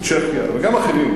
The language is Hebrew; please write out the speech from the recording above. צ'כיה וגם אחרים.